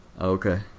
Okay